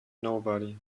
nobody